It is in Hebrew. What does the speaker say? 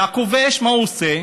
והכובש, מה הוא עושה?